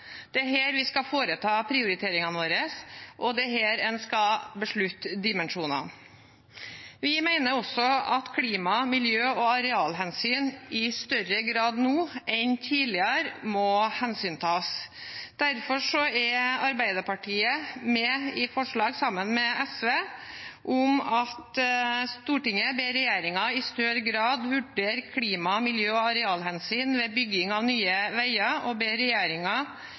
Det er her vi skal foreta prioriteringene våre, og det er her en skal beslutte dimensjonene. Vi mener også at klima-, miljø- og arealhensyn i større grad nå enn tidligere må hensyntas. Derfor er Arbeiderpartiet med på et forslag sammen med SV: «Stortinget ber regjeringen i større grad vurdere klima- og miljø- og arealhensyn ved bygging av nye veier, og ber